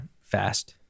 fast